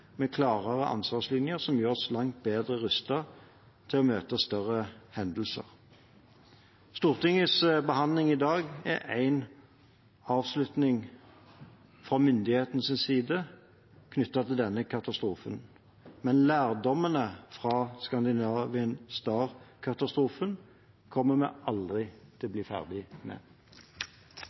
med klarere ansvarslinjer, som gjør oss langt bedre rustet til å møte større hendelser. Stortingets behandling i dag er en avslutning fra myndighetenes side knyttet til denne katastrofen. Men lærdommene fra «Scandinavian Star»-katastrofen kommer vi aldri til å bli ferdige med.